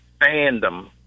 fandom